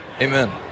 Amen